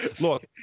Look